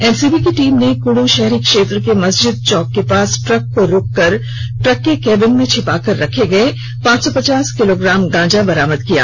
NCB की team ने कुड् शहरी क्षेत्र के मस्जिद चौक के पास ट्रक को रोककर ट्रक के केबिन में छिपाकर रखे गये पांच सौ पचास किलोग्राम गांजा बरामद किया गया